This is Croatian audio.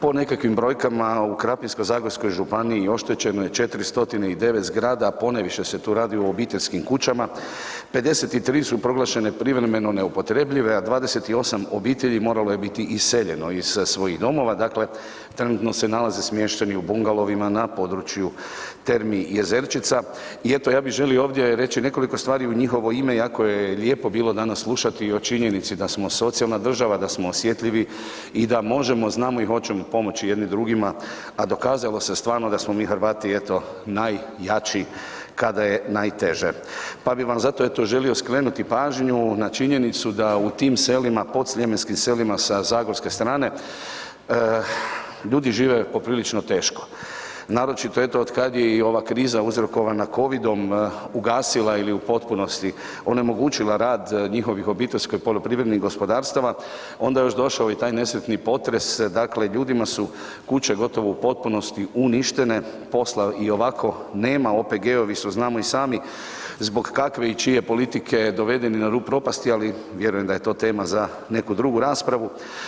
Po nekakvim brojkama u Krapinsko-zagorskoj županiji oštećeno je 409 zgrada, a ponajviše se tu radi o obiteljskim kućama, 53 su proglašene privremeno neupotrebljive, a 28 obitelji moralo je biti iseljeno iz svojih domova, dakle trenutno se nalaze smješteni u bungalovima na području Termi Jezerčica i eto ja bi želio ovdje reći nekoliko stvari u njihovo ime iako je lijepo bilo danas slušati o činjenici da smo socijalna država, da smo osjetljivi i da možemo, znamo i hoćemo pomoći jedni drugima, a dokazalo se stvarno da smo mi Hrvati eto najjači kada je najteže, pa bi vam zato eto želio skrenuti pažnju na činjenicu da u tim selima, podsljemenskim selima sa zagorske strane ljudi žive poprilično teško, naročito eto otkad je i ova kriza uzrokovana covidom ugasila ili u potpunosti onemogućila rad njihovih OPG-ova, onda je još došao i taj nesretni potres, dakle ljudima su kuće gotovo u potpunosti uništene, posla i ovako nema, OPG-ovi su, znamo sami zbog kakve i čije politike, dovedeni na rub propasti, ali vjerujem da je to tema za neku drugu raspravu.